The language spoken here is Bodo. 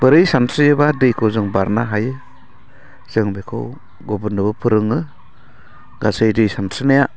बोरै सानस्रियोबा दैखौ जों बारनो हायो जों बेखौ गुबुननोबो फोरोङो गासै दै सानस्रिनाया